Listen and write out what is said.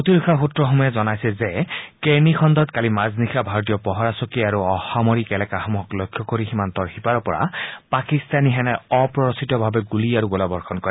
প্ৰতিৰক্ষা সূত্ৰসমূহে জনাইছে যে কেৰ্ণি খণ্ডত কালি মাজনিশা ভাৰতীয় পহৰা চকী আৰু অসামৰিক এলেকাসমূহক লক্ষ্য কৰি সীমান্তৰ সিপাৰৰ পৰা পাকিস্তানী সেনাই অপৰিচিতভাৱে গুলি আৰু গোলাবৰ্ষণ কৰে